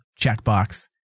checkbox